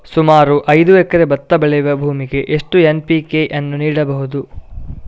ಸುಮಾರು ಐದು ಎಕರೆ ಭತ್ತ ಬೆಳೆಯುವ ಭೂಮಿಗೆ ಎಷ್ಟು ಎನ್.ಪಿ.ಕೆ ಯನ್ನು ನೀಡಬಹುದು?